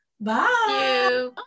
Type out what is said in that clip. bye